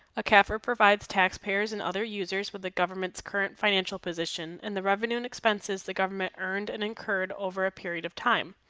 a cafr provides taxpayers and other users with the government's current financial position and the revenue and expenses the government earned and incurred over a period of time.